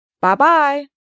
Bye-bye